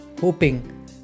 hoping